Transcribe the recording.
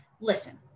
listen